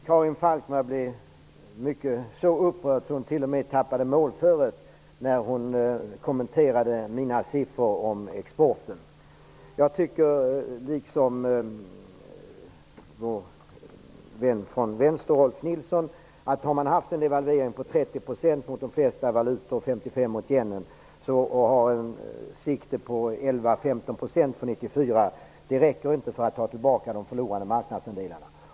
Herr talman! Karin Falkmer blev så upprörd att hon t.o.m. tappade målföret, när hon kommenterade mina siffror om exporten. Jag tycker, liksom vår vän från vänster, Rolf L Nilson, att har man haft en devalvering på 30 % mot de flesta valutor -- 55 % mot yenen -- räcker det inte att ha siktet inställt på 11--15 % för 1994 för att ta tillbaka de förlorade marknadsandelarna.